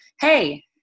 hey